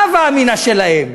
ההווה אמינא שלהם,